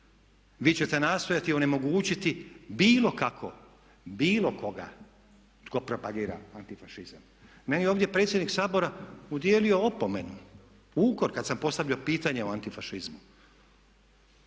Vi ćete nastojati onemogućiti bilo kako, bilo koga tko propagira antifašizam. Meni je ovdje predsjednik Sabora udijelio opomenu, ukor kada sam postavio pitanje o antifašizmu